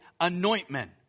anointment